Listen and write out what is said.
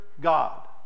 God